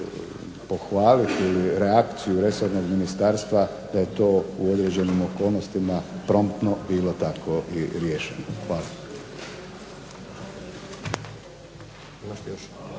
pohvaliti reakciju resornog ministarstva da je to u određenim okolnostima promptno bilo tako i riješeno. Hvala.